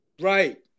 Right